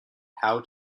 how